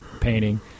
painting